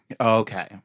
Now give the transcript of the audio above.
Okay